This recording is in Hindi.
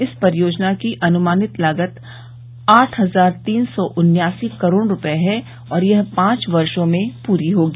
इस परियोजना की अनुमानित लागत आठ हजार तीन सौ उन्यासी करोड़ रूपए है और यह पांच वर्षों में पूरी होगी